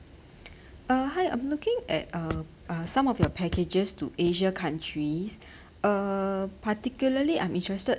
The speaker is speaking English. uh hi I'm looking at uh uh some of your packages to asia countries uh particularly I'm interested